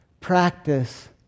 practice